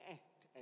act